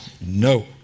No